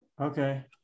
Okay